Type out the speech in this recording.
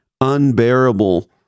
unbearable